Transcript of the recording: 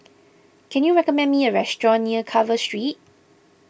can you recommend me a restaurant near Carver Street